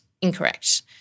incorrect